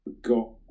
got